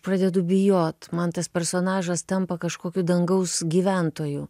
pradedu bijot man tas personažas tampa kažkokiu dangaus gyventoju